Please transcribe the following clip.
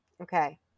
okay